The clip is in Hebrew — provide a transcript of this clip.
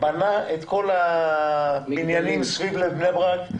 בנה את כל הבניינים סביב בני ברק,